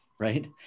Right